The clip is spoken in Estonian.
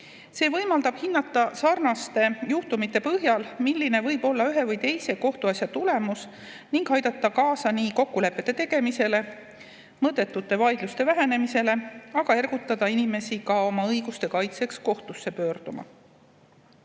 See võimaldab sarnaste juhtumite põhjal hinnata, milline võib olla ühe või teise kohtuasja tulemus, ning aidata kaasa nii kokkulepete tegemisele, mõttetute vaidluste vähendamisele kui ka ergutada inimesi oma õiguste kaitseks kohtusse pöörduma.